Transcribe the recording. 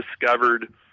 discovered